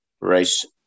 race